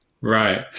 Right